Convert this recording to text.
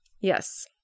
Yes